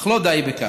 אך לא די בכך.